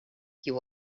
you